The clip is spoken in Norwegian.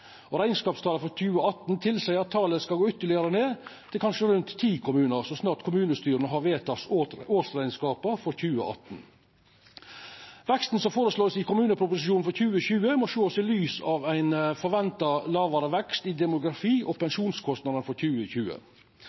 gong. Rekneskapstala for 2018 tilseier at talet skal gå ytterlegare ned, til kanskje rundt ti kommunar, så snart kommunestyra har vedteke årsrekneskapane for 2018. Veksten som vert foreslått i kommuneproposisjonen for 2020, må ein sjå i lys av ein venta lågare vekst i demografi- og pensjonskostnader i 2020.